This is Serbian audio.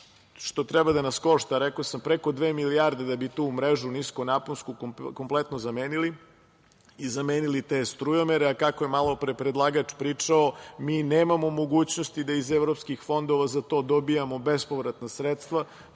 što treba da nas košta, rekao sam, preko dve milijarde da bi tu niskonaponsku mrežu kompletno zamenili i zamenili te strujomere, a kako je malopre predlagač pričao, mi nemamo mogućnosti da iz evropskih fondova za to dobijamo bespovratna sredstva,